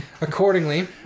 Accordingly